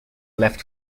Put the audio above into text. left